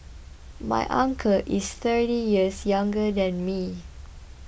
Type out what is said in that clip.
my uncle is thirty years younger than me